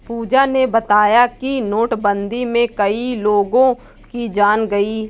पूजा ने बताया कि नोटबंदी में कई लोगों की जान गई